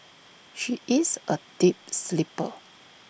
she is A deep sleeper